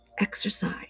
exercise